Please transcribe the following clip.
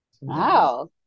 Wow